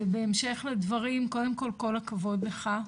ובהמשך לדברים, קודם כל, כל הכבוד לך.